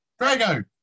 Drago